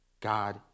God